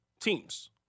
teams